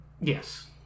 Yes